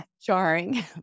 jarring